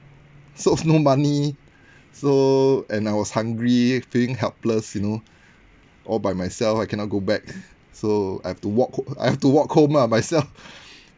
so no money so and I was hungry feeling helpless you know all by myself I cannot go back so I have to walk ho~ I have to walk home ah myself